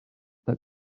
that